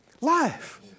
life